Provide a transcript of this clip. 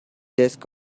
desk